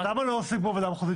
אז למה עושים כמו בוועדה המחוזית,